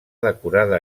decorada